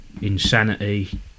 insanity